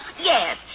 Yes